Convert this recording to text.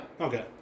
Okay